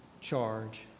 charge